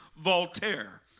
Voltaire